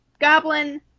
goblin